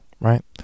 right